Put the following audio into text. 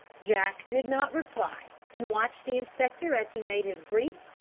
jack did not reply, and watched the inspector as he made his brief,